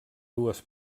dues